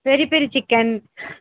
peri peri chicken